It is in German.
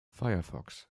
firefox